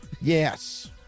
Yes